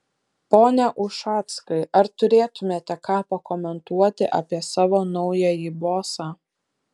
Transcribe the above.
pone ušackai ar turėtumėte ką pakomentuoti apie savo naująjį bosą